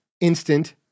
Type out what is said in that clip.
instant